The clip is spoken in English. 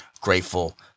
grateful